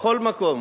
בכל מקום,